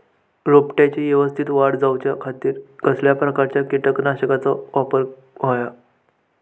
रोपट्याची यवस्तित वाढ जाऊच्या खातीर कसल्या प्रकारचा किटकनाशक वापराक होया?